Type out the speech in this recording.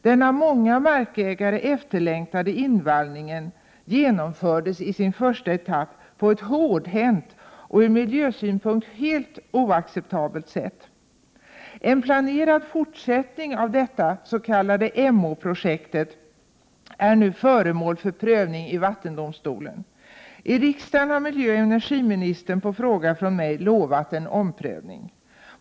Den av många markägare efterlängtade invallningen genomfördes i sin första etapp på ett hårdhänt och från miljösynpunkt helt oacceptabelt sätt. En planerad fortsättning av det s.k. Emåprojektet är nu föremål för prövning i vattendomstolen. I riksdagen har miljöoch energiministern på en fråga av mig lovat en omprövning.